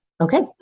Okay